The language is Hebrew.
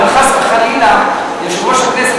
אבל אם חס וחלילה יושב-ראש הכנסת,